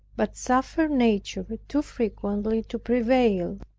but suffered nature too frequently to prevail.